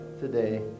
today